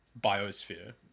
biosphere